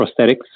prosthetics